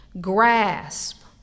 Grasp